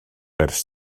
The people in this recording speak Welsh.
ers